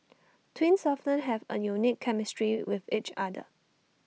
twins often have A unique chemistry with each other